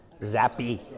Zappy